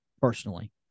personally